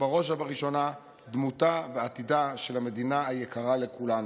ובראש ובראשונה דמותה ועתידה של המדינה היקרה לכולנו.